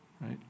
right